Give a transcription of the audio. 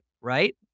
right